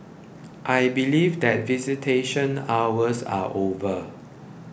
I believe that visitation hours are over